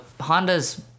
Honda's